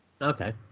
Okay